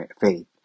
faith